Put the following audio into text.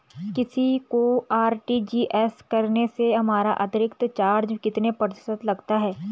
किसी को आर.टी.जी.एस करने से हमारा अतिरिक्त चार्ज कितने प्रतिशत लगता है?